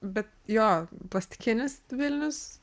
bet jo plastikinis vilnius